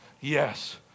yes